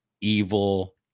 evil